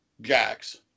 Jax